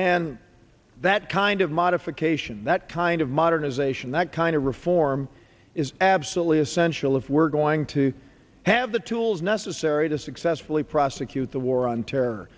and that kind of modification that kind of modernization that kind of reform is absolutely essential if we're going to have the tools necessary to successfully prosecute the war on terror